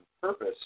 purpose